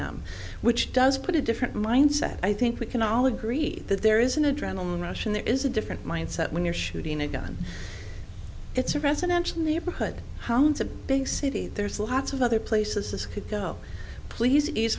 them which does put a different mindset i think we can all agree that there is an adrenaline rush and there is a different mindset when you're shooting a gun it's a residential neighborhood hound's a big city there's lots of other places this could go please ease